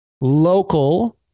local